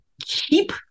keep